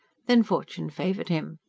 then, fortune favoured him.